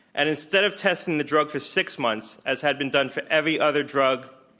and instead of testing the drug for six months, as had been done for every other drug,